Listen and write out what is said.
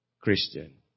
Christian